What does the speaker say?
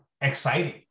exciting